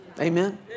Amen